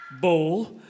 bowl